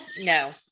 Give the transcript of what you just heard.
no